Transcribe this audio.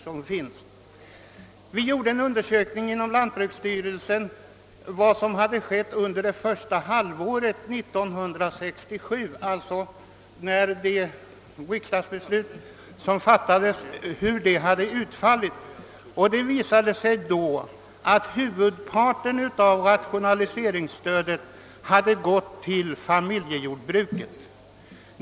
Lantbruksstyrelsen gjorde en undersökning av vad som hade skett under det första halvåret 1967. Det visade sig därvid att huvudparten av rationaliseringsstödet gått till familjejordbruk.